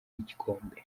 igikombe